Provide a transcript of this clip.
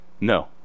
no